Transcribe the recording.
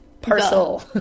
parcel